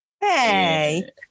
Hey